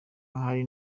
hari